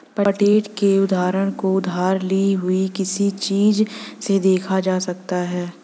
पट्टे के उदाहरण को उधार ली हुई किसी चीज़ से देखा जा सकता है